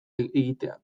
egitea